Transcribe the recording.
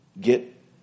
Get